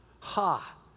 Ha